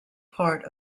part